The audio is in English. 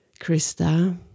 Krista